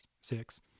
six